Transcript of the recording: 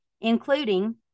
including